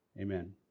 amen